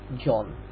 John